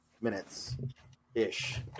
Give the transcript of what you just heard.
minutes-ish